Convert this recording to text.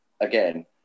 again